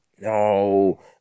no